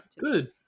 Good